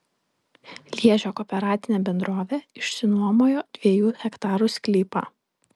liežio kooperatinė bendrovė išsinuomojo dviejų hektarų sklypą